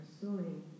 suing